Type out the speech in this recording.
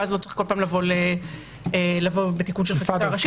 ואז לא צריך כל פעם לבוא לתיקון של חקיקה ראשית,